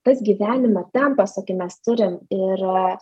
tas gyvenimo tempas kokį mes turim ir